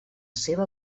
seva